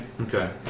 Okay